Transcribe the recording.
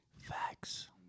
Facts